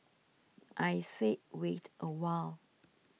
I say wait a while